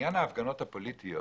בעניין ההפגנות הפוליטיות